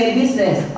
business